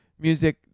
music